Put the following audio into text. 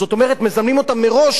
זאת אומרת מזמנים אותם מראש,